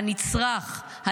וגרך אשר בשעריך.